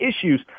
issues